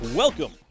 Welcome